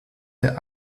der